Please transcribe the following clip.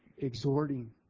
exhorting